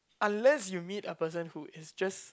unless you meet a person who is just